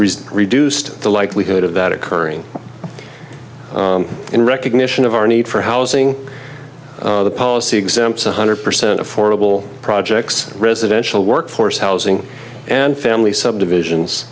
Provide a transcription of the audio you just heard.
risen reduced the likelihood of that occurring in recognition of our need for housing policy exempt one hundred percent affordable projects residential workforce housing and family subdivisions